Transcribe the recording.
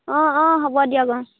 অঁ অঁ হ'ব দিয়ক অঁ